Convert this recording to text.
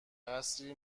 قصری